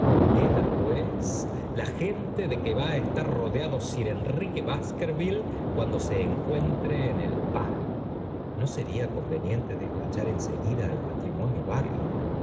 queda pues la gente de que va á estar roteado tir ennque baskerville cuando se encuentre en el pái j ser í a conveniente despachar en seguida ai matrimonio barrymore